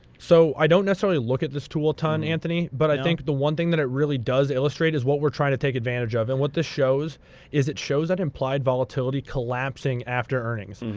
so i don't necessarily look at this tool a ton, anthony, but i think the one thing that it really does illustrate is what we're trying to take advantage of. and what this shows is it shows that implied volatility collapsing after earnings.